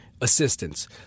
assistance